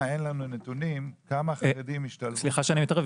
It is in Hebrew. אין לנו נתונים על כמה חרדים השתלבו --- סליחה שאני מתערב,